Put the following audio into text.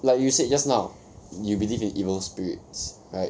like you said just now you believe in evil spirits right